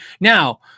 now